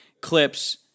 clips